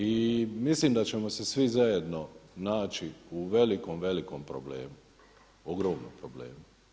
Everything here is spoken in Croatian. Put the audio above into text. I mislim da ćemo se svi zajedno naći u velikom, velikom problemu, ogromnom problemu.